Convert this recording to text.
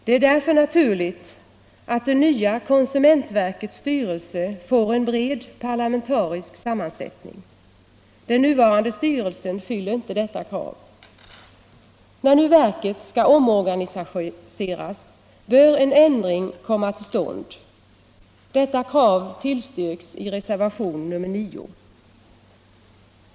Det är därför naturligt att det nya konsumentverkets styrelse får en bred parlamentarisk sammansättning. Den nuvarande styrelsen fyller inte detta krav. När nu verket skall omorganiseras, bör en ändring komma till stånd. Detta krav tillstyrks i reservationen 9.